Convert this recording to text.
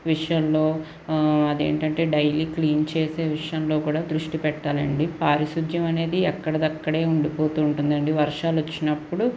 విషయంలో అదేంటంటే daily clean చేసే విషయంలో కూడా దృష్టి పెట్టాలండి పారిశుధ్యం అనేది ఎక్కడిదక్కడే ఉండిపోతూ ఉంటుందండి వర్షాలు వచ్చినప్పుడు